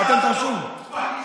תרשמי על זה פטנט רשום, חבל.